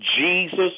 Jesus